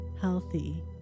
healthy